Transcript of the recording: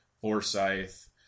Forsyth